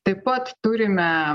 taip pat turime